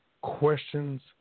questions